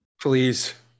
Please